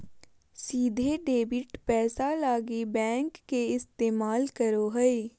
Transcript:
सीधे डेबिट पैसा लगी बैंक के इस्तमाल करो हइ